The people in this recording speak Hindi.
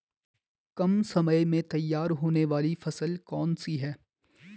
कम समय में तैयार होने वाली फसल कौन सी है?